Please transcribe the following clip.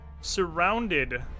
surrounded